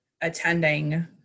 attending